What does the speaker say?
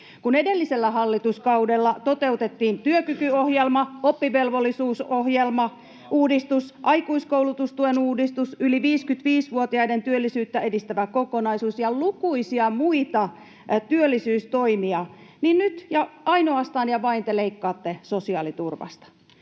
Kun edellisellä hallituskaudella toteutettiin työkykyohjelma, oppivelvollisuusuudistus, aikuiskoulutustuen uudistus, yli 55-vuotiaiden työllisyyttä edistävä kokonaisuus ja lukuisia muita työllisyystoimia, niin nyt te ainoastaan ja vain leikkaatte sosiaaliturvasta.